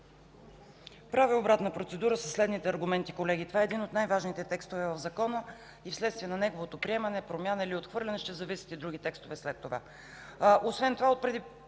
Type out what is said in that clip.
Правя обратна процедура със следните аргументи, колеги. Това е един от най-важните текстове в закона и вследствие на неговото приемане, промяна или отхвърляне ще зависят и други текстове след това. Освен това отпреди